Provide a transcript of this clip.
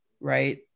right